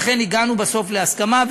לכן, הגענו בסוף להסכמה.